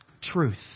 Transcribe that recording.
truth